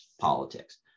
politics